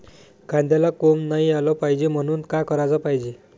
कांद्याला कोंब नाई आलं पायजे म्हनून का कराच पायजे?